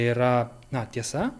yra na tiesa